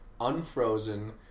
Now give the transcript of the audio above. Unfrozen